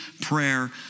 prayer